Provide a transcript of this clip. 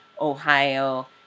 Ohio